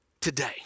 Today